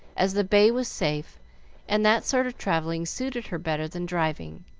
as the bay was safe and that sort of travelling suited her better than driving.